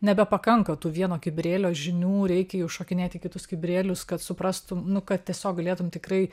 nebepakanka tų vieno kibirėlio žinių reikia jau šokinėti į kitus kibirėlius kad suprastum nu kad tiesiog galėtum tikrai